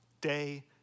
day